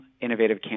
innovative